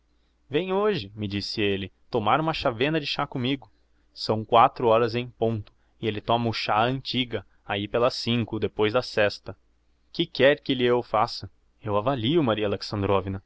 vem hoje me disse elle tomar uma chavena de chá commigo são quatro horas em ponto e elle toma o chá á antiga ahi pelas cinco horas depois da sésta que quer que lhe eu faça eu avalio maria